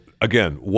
again